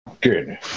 Good